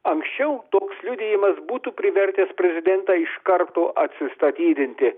anksčiau toks liudijimas būtų privertęs prezidentą iš karto atsistatydinti